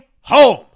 home